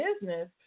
business